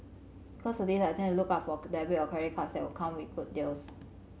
because of this I tend to look out for debit or credit cards that will come with good deals